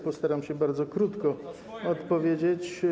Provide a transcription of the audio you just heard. Postaram się bardzo krótko odpowiedzieć.